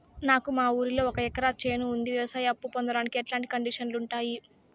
నాకు మా ఊరిలో ఒక ఎకరా చేను ఉంది, వ్యవసాయ అప్ఫు పొందడానికి ఎట్లాంటి కండిషన్లు ఉంటాయి?